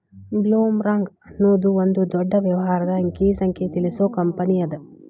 ಬ್ಲೊಮ್ರಾಂಗ್ ಅನ್ನೊದು ಒಂದ ದೊಡ್ಡ ವ್ಯವಹಾರದ ಅಂಕಿ ಸಂಖ್ಯೆ ತಿಳಿಸು ಕಂಪನಿಅದ